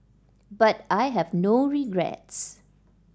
but I have no regrets